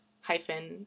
hyphen